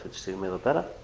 sooner but